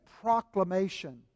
proclamation